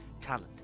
talent